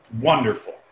wonderful